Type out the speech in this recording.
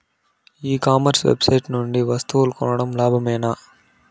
ఈ commerce website నుండి వస్తువులు కొనడం లాభమేనా?